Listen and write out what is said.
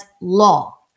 law